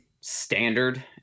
standard